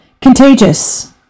Contagious